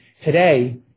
today